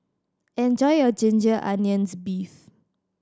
enjoy your ginger onions beef